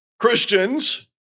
Christians